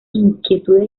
inquietudes